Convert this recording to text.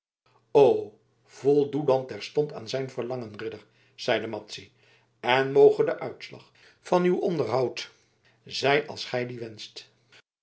o voldoe dan terstond aan zijn verlangen ridder zeide madzy en moge de uitslag van uw onderhoud zijn als gij dien wenscht